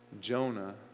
Jonah